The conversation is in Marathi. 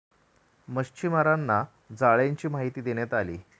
मच्छीमारांना जाळ्यांची माहिती देण्यात आली